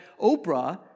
Oprah